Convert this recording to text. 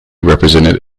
represented